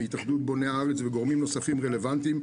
בהתאחדות בוני הארץ וגורמים נוספים רלוונטיים.